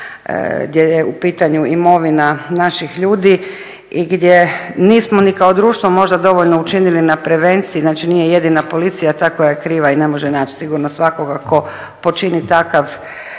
gdje je u pitanju imovina naših ljudi i gdje nismo ni kao društvo možda dovoljno učinili na prevenciji. Znači nije jedina policija ta koja je kriva i ne može naći sigurno svakoga tko počini takav